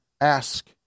Ask